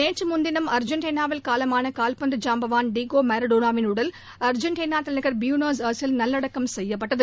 நேற்று முன்தினம் அர்ஜென்டினாவில் காலமான கால்பந்து ஜாம்பவான் டடகோ மாரடோனாவின் உடல் அர்ஜென்டினா தலைநகர் பியூனஸ் அயர்ஸில் நல்லடக்கம் செய்யப்பட்டது